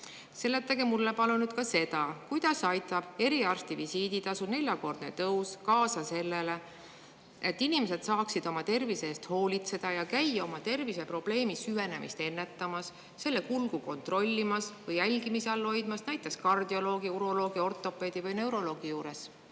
Seletage mulle palun ka seda, kuidas aitab eriarsti visiiditasu neljakordne tõus kaasa sellele, et inimesed saaksid oma tervise eest hoolitseda ja käia oma terviseprobleemi süvenemist ennetamas, selle kulgu kontrollimas või jälgimise all hoidmas näiteks kardioloogi, uroloogi, ortopeedi või neuroloogi juures?